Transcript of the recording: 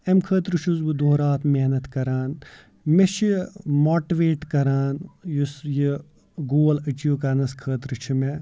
اَمہِ خٲطرٕ چھُس بہٕ دۄہ راتھ محنت کَران مےٚ چھِ ماٹویٹ کَران یُس یہِ گول أچیٖو کَرنَس خٲطرٕ چھِ مےٚ